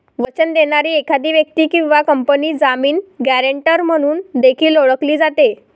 वचन देणारी एखादी व्यक्ती किंवा कंपनी जामीन, गॅरेंटर म्हणून देखील ओळखली जाते